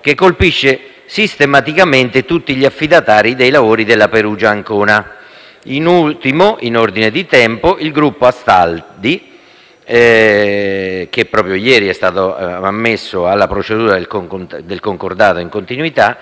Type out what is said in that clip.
che colpisce sistematicamente tutti gli affidatari dei lavori della Perugia-Ancona, ultimo, in ordine di tempo, il gruppo Astaldi SpA, che proprio ieri è stato ammesso alla procedura di concordato in continuità,